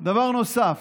דבר נוסף,